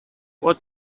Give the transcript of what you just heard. what